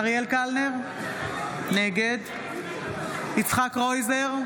אריאל קלנר, נגד יצחק קרויזר,